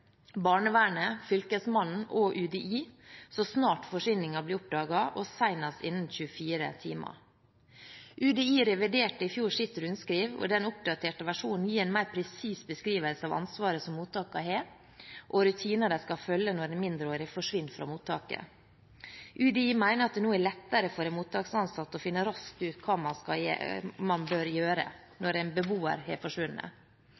barnevernet, Fylkesmannen og UDI så snart forsvinningen blir oppdaget og senest innen 24 timer. UDI reviderte i fjor sitt rundskriv, og den oppdaterte versjonen gir en mer presis beskrivelse av ansvaret som mottakene har, og rutinene de skal følge når mindreårige forsvinner fra mottaket. UDI mener at det nå er lettere for en mottaksansatt å finne raskt ut hva man bør gjøre når en beboer har forsvunnet.